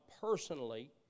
personally